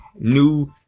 New